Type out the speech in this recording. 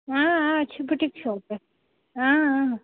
اۭں اۭں boutique shop پٮ۪ٹھ اۭں اۭں